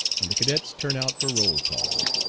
and the cadets turn out for roll-call.